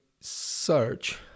search